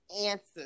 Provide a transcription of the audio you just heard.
answers